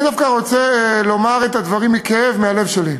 אני דווקא רוצה לומר את הדברים מכאב, מהלב שלי,